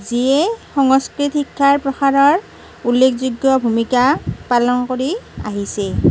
যিয়ে সংস্কৃত শিক্ষাৰ প্ৰসাৰৰ উল্লেখযোগ্য ভূমিকা পালন কৰি আহিছে